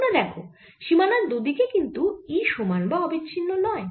তোমরা দেখো সীমানার দুদিকে কিন্তু E সমান বা অবিচ্ছিন্ন নয়